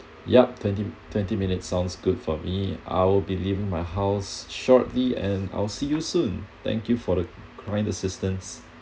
yup twenty twenty minutes sounds good for me I'll be leaving my house shortly and I'll see you soon thank you for the kind assistance